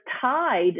tied